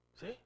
See